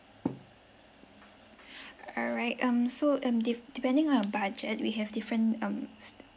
all right um so um de~ depending on your budget we have different um